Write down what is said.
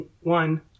one